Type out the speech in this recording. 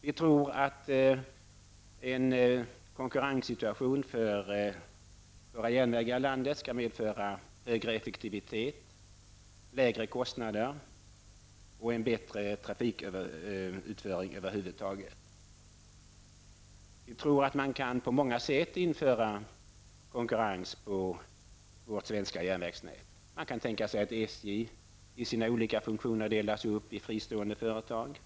Vi tror att en konkurrenssituation för våra järnvägar i landet skall medföra högre effektivitet, lägre kostnader och en bättre trafikutföring över huvud taget. Vi tror att man på många sätt kan införa konkurrens på vårt svenska järnvägsnät. Man kan tänka sig att SJ i sina olika funktioner delas upp i fristående företag.